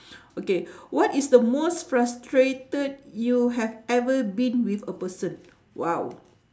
okay what is the most frustrated you have ever been with a person !wow!